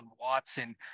Watson